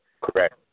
Correct